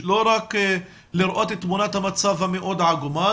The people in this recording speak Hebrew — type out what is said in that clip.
לא רק לראות את תמונת המצב המאוד עגומה,